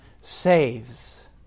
saves